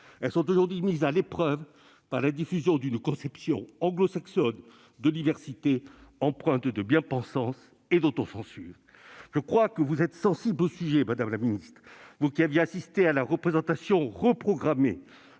Elles sont aujourd'hui mises à l'épreuve par la diffusion d'une conception anglo-saxonne de l'université, empreinte de bien-pensance et d'autocensure. Je crois que vous êtes sensible à ce sujet, madame la ministre, vous qui aviez assisté à la représentation reprogrammée